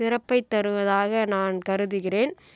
சிறப்பைத் தருவதாக நான் கருதுகிறேன்